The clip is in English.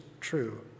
true